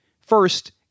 First